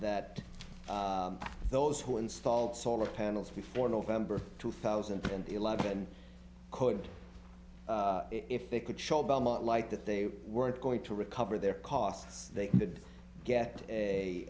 that those who installed solar panels before november two thousand and eleven could if they could show belmont like that they weren't going to recover their costs they could get a